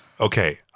Okay